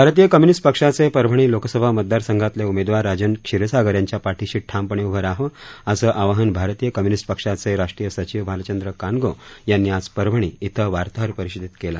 भारतीय कम्यूनीस्ट पक्षाचे परभणी लोकसभा मतदार संघातले उमेदवार राजन क्षिरसागर यांच्या पाठिशी ठामपणे उभं रहावं असं आवाहन भारतीय कम्यूनिस्ट पक्षाचे राष्ट्रीय सचिव भालचंद्र कानगो यांनी आज परभणी इथं वार्ताहर परिषदेत केलं